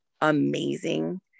amazing